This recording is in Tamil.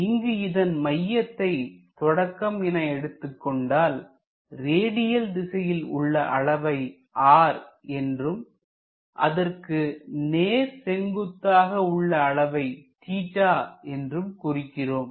இங்கு இதன் மையத்தை தொடக்கம் என எடுத்துக்கொண்டால் ரேடியல் திசையில் உள்ள அளவை r என்றும் அதற்கு நேர் செங்குத்தாக உள்ள அளவை என்றும் குறிக்கிறோம்